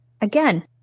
again